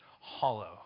hollow